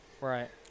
Right